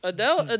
Adele